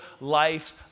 life